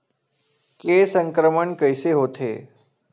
के संक्रमण कइसे होथे?